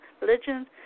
religions